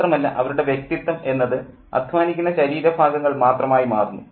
മാത്രമല്ല അവരുടെ വ്യക്തിത്വം എന്നത് അദ്ധ്വാനിക്കുന്ന ശരീരഭാഗങ്ങൾ മാത്രമായി മാറുന്നു